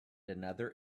another